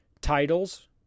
Titles